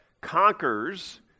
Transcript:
conquers